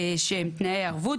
שהם תנאי ערבות,